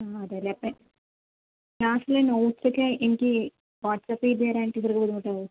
ആ ചിലപ്പോൾ ക്ലാസ്സില് നോട്ട്സ് ഒക്കെ എനിക്ക് വാട്ട്സ്ആപ്പ് ചെയ്ത് തരാൻ ടീച്ചർക്ക് ബുദ്ധിമുട്ട് ആകുമോ